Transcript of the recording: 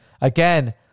again